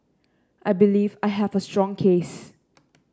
I believe I have a strong case